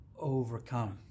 Overcome